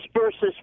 Versus